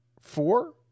Four